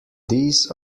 these